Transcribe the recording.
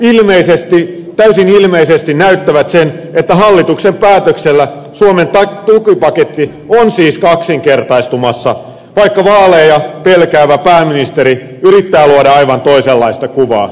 nämä täysin ilmeisesti näyttävät sen että hallituksen päätöksellä suomen tukipaketti on siis kaksinkertaistumassa vaikka vaaleja pelkäävä pääministeri yrittää luoda aivan toisenlaista kuvaa